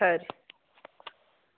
खरी